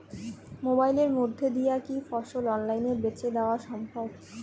মোবাইলের মইধ্যে দিয়া কি ফসল অনলাইনে বেঁচে দেওয়া সম্ভব?